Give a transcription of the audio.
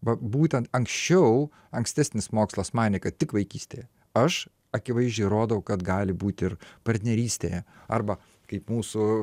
va būtent anksčiau ankstesnis mokslas manė kad tik vaikystėje aš akivaizdžiai rodau kad gali būti ir partnerystėje arba kaip mūsų